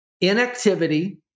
inactivity